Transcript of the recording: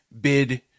bid